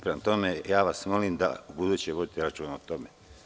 Prema tome, molim vas, da ubuduće vodite računa o tome.